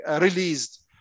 released